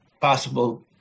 possible